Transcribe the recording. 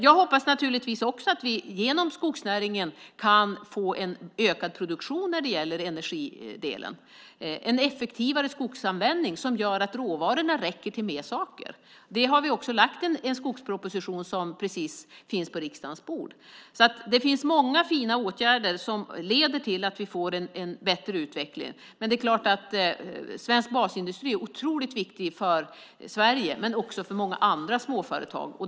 Jag hoppas naturligtvis att vi också, genom skogsnäringen, kan få en ökad produktion när det gäller energi, en effektivare skogsanvändning som gör att råvarorna räcker till fler saker. Det har vi också lagt fram en skogsproposition om, som precis finns på riksdagens bord. Det finns många fina åtgärder som leder till att vi får en bättre utveckling. Det är klart att svensk basindustri är otroligt viktig för Sverige - också för många andra småföretag.